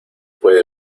puede